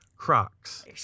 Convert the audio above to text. Crocs